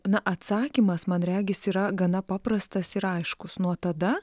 na atsakymas man regis yra gana paprastas ir aiškus nuo tada